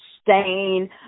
stain